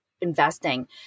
investing